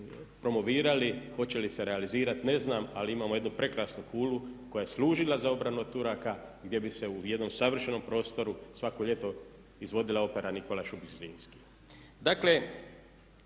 promovirali. Hoće li se realizirati ne znam ali imamo jednu prekrasnu kulu koja je služila za obranu od Turaka gdje bi se u jednom savršenom prostoru svako ljeto izvodila opera Nikola Šubić Zrinski.